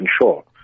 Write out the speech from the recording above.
ensure